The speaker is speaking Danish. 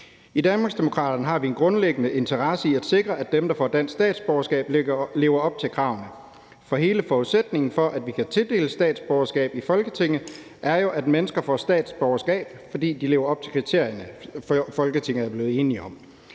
I Danmarksdemokraterne har vi en grundlæggende interesse i at sikre, at dem, der får dansk statsborgerskab, lever op til kravene, for hele forudsætningen for, at vi kan tildele statsborgerskab i Folketinget, er jo, at mennesker får statsborgerskab, fordi de lever op til kriterierne, Folketinget er blevet enige om.